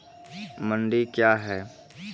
मंडी क्या हैं?